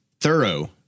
thorough